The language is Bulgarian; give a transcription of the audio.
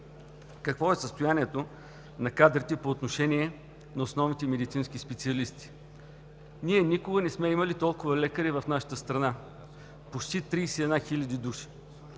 Какво е състоянието на кадрите по отношение на основните медицински специалисти? Ние никога не сме имали толкова лекари в нашата страна – почти 31 хиляди души.